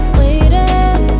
waiting